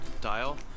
Dial